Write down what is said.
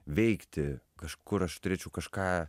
veikti kažkur aš turėčiau kažką